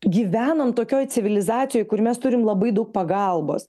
gyvenam tokioj civilizacijoj kur mes turim labai daug pagalbos